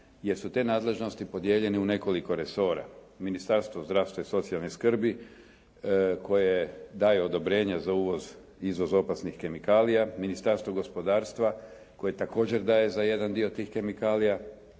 jer su te nadležnosti podijeljene u nekoliko resora. Ministarstvo zdravstva i socijalne skrbi koje daje odobrenje za uvoz, izvoz opasnih kemikalija, Ministarstvo gospodarstva koji također daje za jedan dio tih kemikalija,